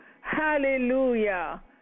Hallelujah